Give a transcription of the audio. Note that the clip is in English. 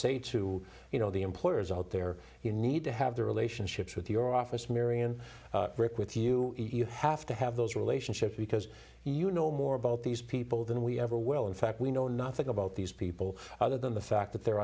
say to you know the employers out there you need to have the relationships with your office marion with you you have to have those relationships because you know more about these people than we ever will in fact we know nothing about these people other than the fact that they're